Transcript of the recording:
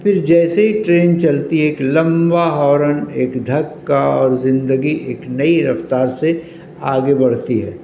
پھر جیسے ہی ٹرین چلتی ہے ایک لمبا ہارن ایک دھکا اور زندگی ایک نئی رفتار سے آگے بڑھتی ہے